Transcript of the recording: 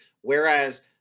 Whereas